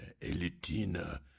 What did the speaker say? Elitina